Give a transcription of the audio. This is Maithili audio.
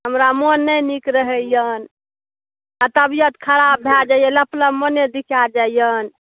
हमरा मन नहि नीक रहैअनि आ तबियत खराब भए जाइए लप लप मने बिकाए जाइअनि